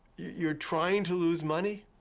you're trying to lose money?